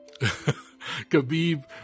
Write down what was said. Khabib